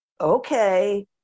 okay